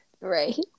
right